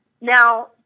Now